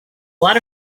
lot